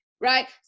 Right